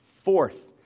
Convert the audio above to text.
Fourth